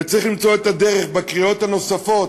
וצריך למצוא את הדרך בקריאות הנוספות